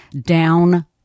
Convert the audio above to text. down